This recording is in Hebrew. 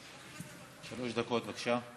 שלוש דקות, בבקשה.